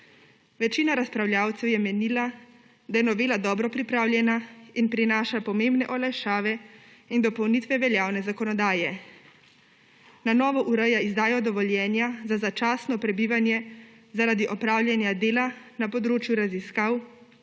Večina razpravljavcev je menila, da je novela dobro pripravljena in prinaša pomembne olajšave ter dopolnitve veljavne zakonodaje. Na novo ureja izdajo dovoljenja za začasno prebivanje zaradi opravljanja dela na področju raziskav